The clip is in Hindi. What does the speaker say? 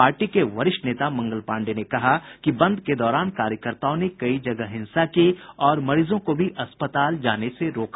पार्टी के वरिष्ठ नेता मंगल पांडेय ने कहा कि बंद के दौरान कार्यकर्ताओं ने कई जगह हिंसा की और मरीजों को भी अस्पताल जाने से रोका